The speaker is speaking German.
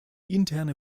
interne